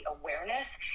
awareness